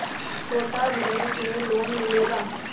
छोटा बिजनस में लोन मिलेगा?